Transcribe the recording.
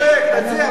מה אתה מציע?